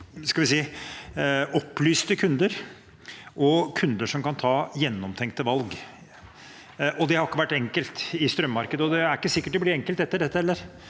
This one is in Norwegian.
opplyste kunder og kunder som kan ta gjennomtenkte valg. Det har ikke vært enkelt i strømmarkedet, og det er heller ikke sikkert det blir enkelt etter dette, men